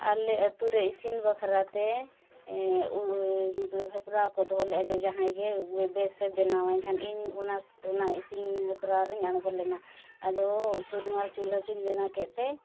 ᱟᱞᱮ ᱟᱹᱛᱩ ᱨᱮ ᱤᱥᱤᱱ ᱵᱟᱠᱷᱨᱟᱛᱮ ᱢᱚᱛᱞᱚᱵ ᱦᱮᱯᱨᱟᱣ ᱠᱚ ᱫᱚᱦᱚ ᱞᱮᱫᱟ ᱡᱮ ᱡᱟᱦᱟᱸᱭ ᱜᱮ ᱵᱮᱥᱼᱮ ᱵᱮᱱᱟᱣᱟ ᱮᱱᱠᱷᱟᱱ ᱤᱧ ᱚᱱᱟ ᱚᱱᱟ ᱤᱥᱤᱱ ᱦᱮᱯᱨᱟᱣ ᱨᱤᱧ ᱟᱬᱜᱚ ᱞᱮᱱᱟ ᱟᱫᱚ ᱪᱩᱨᱢᱟᱨ ᱪᱩᱞᱦᱟᱹ ᱠᱚᱧ ᱵᱮᱱᱟᱣ ᱠᱮᱫᱼᱛᱮ